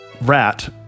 rat